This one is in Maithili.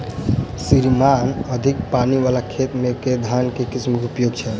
श्रीमान अधिक पानि वला खेत मे केँ धान केँ किसिम उपयुक्त छैय?